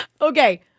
Okay